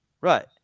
Right